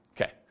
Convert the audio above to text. okay